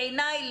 בעיניי,